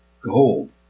gold